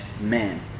men